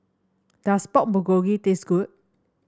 does Pork Bulgogi taste good